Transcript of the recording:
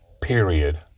period